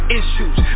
issues